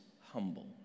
humble